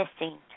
missing